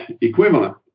equivalent